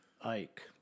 Ike